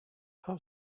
how